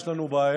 יש לנו בעיה.